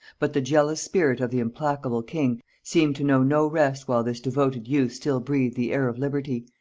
but the jealous spirit of the implacable king seemed to know no rest while this devoted youth still breathed the air of liberty,